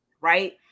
right